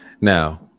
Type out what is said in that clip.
Now